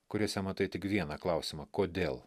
kuriose matai tik vieną klausimą kodėl